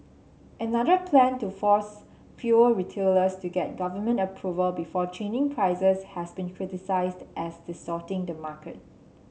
another plan to force fuel retailers to get government approval before changing prices has been criticised as distorting the market